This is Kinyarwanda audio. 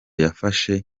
yafashe